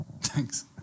Thanks